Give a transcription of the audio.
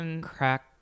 Crack